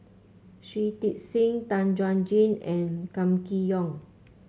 Shui Tit Sing Tan Chuan Jin and Kam Kee Yong